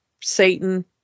Satan